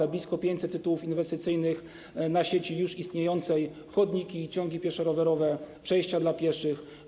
To blisko 500 tytułów inwestycyjnych na sieci już istniejącej: chodniki, ciągi pieszo-rowerowe, przejścia dla pieszych.